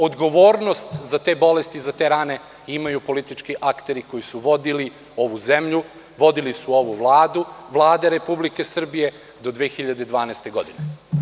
Odgovornost za te bolesti, za te rane imaju politički akteri koji su vodili ovu zemlju, vodili su ovu Vladu, Vlade Republike Srbije do 2012. godine.